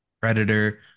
Predator